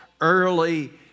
early